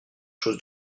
choses